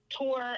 Tour